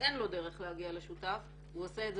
ואין לו דרך להגיע לשותף הוא עושה את זה